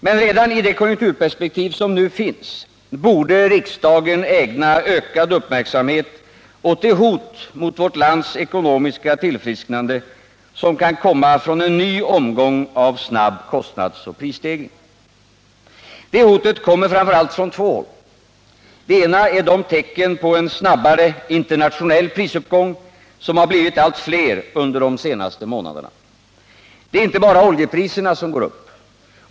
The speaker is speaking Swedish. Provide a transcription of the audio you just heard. Men redan i det konjunkturperspektiv som nu finns borde riksdagen ägna ökad uppmärksamhet åt det hot mot vårt lands ekonomiska tillfrisknande som kan komma från en ny omgång av snabb kostnadsoch prisstegring. Det hotet kommer framför allt från två håll. Det ena är de tecken på en snabbare internationell prisuppgång som har blivit allt fler under de senaste månaderna. Det är inte bara oljepriserna som går upp.